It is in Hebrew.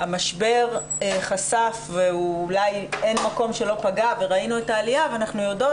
המשבר חשף ואולי אין מקום שהוא לא פגע וראינו את העלייה ואנחנו יודעות